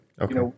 Okay